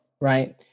right